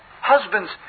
Husbands